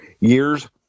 years